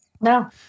No